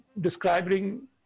describing